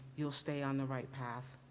you'll stay on the right path.